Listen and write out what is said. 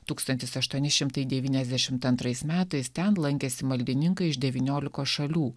tūkstantis aštuoni šimtai devyniasdešimt antrais metais ten lankėsi maldininkai iš devyniolikos šalių